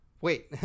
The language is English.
Wait